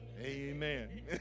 Amen